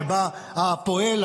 שבה הפועל,